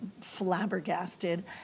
flabbergasted